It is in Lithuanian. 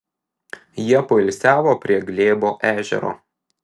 jie poilsiavo prie glėbo ežero